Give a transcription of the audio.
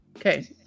Okay